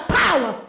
power